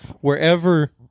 wherever